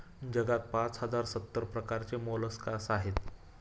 जगात पाच हजार सत्तर प्रकारचे मोलस्कास आहेत